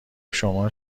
شما